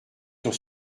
sur